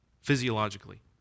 physiologically